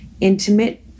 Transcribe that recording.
intimate